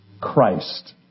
Christ